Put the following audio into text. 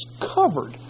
covered